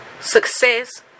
success